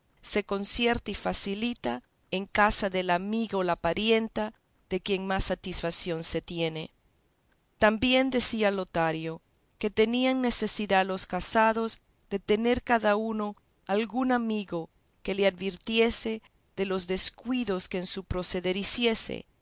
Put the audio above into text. se concierta y facilita en casa de la amiga o la parienta de quien más satisfación se tiene también decía lotario que tenían necesidad los casados de tener cada uno algún amigo que le advirtiese de los descuidos que en su proceder hiciese